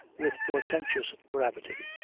with portentous gravity,